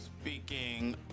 Speaking